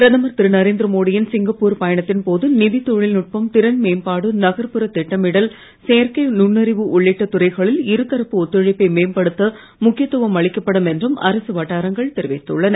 பிரதமர் திருநரேந்திர மோடி யின் சிங்பப்பூர் பயணத்தின்போது நிதித் தொழில்நுட்பம் திறன் மேம்பாடு நகர்புற திட்டமிடல் செயற்கை நுண்ணறிவு உள்ளிட்ட துறைகளில் இருதரப்பு ஒத்துழைப்பை மேம்படுத்த முக்கியத்துவம் அளிக்கப்படும் என்றும் அரசு வட்டாரங்கள் தெரிவித்துள்ளன